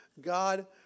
God